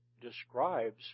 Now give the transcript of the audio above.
describes